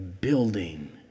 building